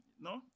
no